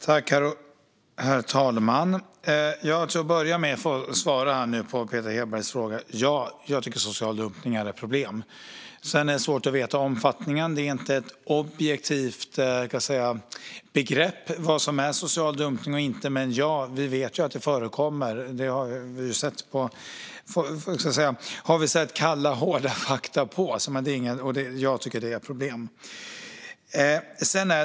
Herr talman! Jag ska börja med att svara på Peter Hedbergs fråga. Ja, jag tycker att social dumpning är ett problem. Det är svårt att veta omfattningen. Det finns inte ett objektivt begrepp för vad som är social dumpning eller inte. Men vi vet ju att det förekommer. Det har vi sett kalla, hårda fakta på. Och det är ett problem.